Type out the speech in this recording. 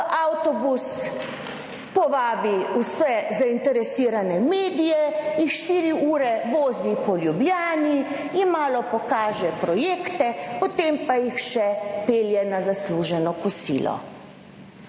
avtobus povabi vse zainteresirane medije, jih štiri ure vozi po Ljubljani in malo pokaže projekte, potem pa jih še pelje na zasluženo kosilo.